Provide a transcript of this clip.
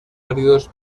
áridos